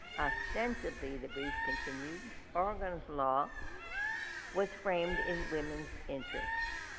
ostensibly the brief continued oregon's law was framed in women's interests,